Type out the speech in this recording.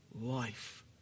life